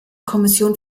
kommission